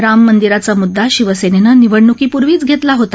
राम मर्शिराचा मृद्दा शिवसेनेनप्रिवडणुकीपूर्वीच घेतला होता